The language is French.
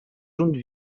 jaune